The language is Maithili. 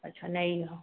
अच्छा नहि यए